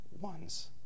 ones